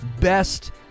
best